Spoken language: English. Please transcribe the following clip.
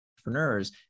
entrepreneurs